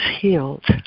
healed